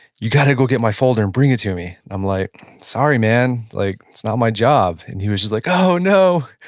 you gotta go get my folder and bring it to me. i'm like, sorry, man. like it's not my job. and he was just like, oh, no.